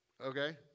okay